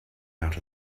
out